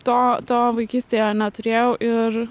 to to vaikystėje neturėjau ir